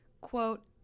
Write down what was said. Quote